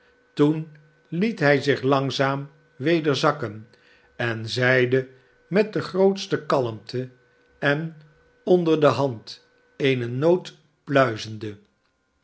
toen liet hij zich langzaam weder zakken en zeide met de grootste kalmte en onder de hand eene noot pluizende